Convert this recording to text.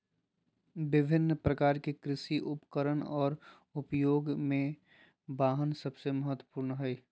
विभिन्न प्रकार के कृषि उपकरण और उपयोग में वाहन सबसे महत्वपूर्ण हइ